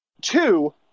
Two